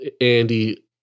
Andy